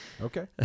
Okay